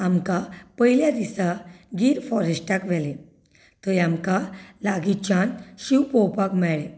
आमकां पयल्या दिसा गीर फॉरॅश्टाक व्हेले थंय आमकां लागींच्यान शीव पळोवपाक मेळ्ळें